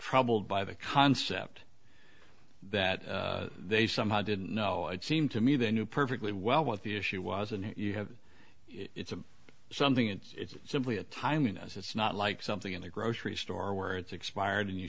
troubled by the concept that they somehow didn't know it seemed to me they knew perfectly well what the issue was and what you have it's a something it's simply a timeliness it's not like something in a grocery store where it's expired and you